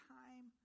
time